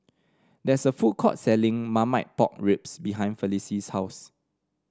there is a food court selling Marmite Pork Ribs behind Felice's house